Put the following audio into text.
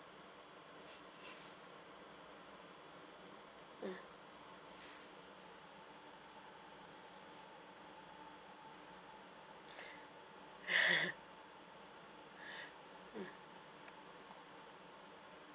mm mm